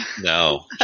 No